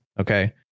Okay